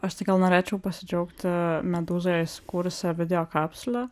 aš tai gal norėčiau pasidžiaugti medūzoje įsukūrusia video kapsule